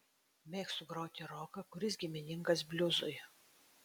mėgstu groti roką kuris giminingas bliuzui